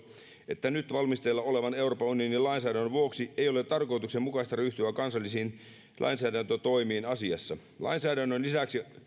että nyt valmisteilla olevan euroopan unionin lainsäädännön vuoksi ei ole tarkoituksenmukaista ryhtyä kansallisiin lainsäädäntötoimiin asiassa lainsäädännön lisäksi